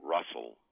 Russell